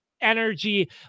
Energy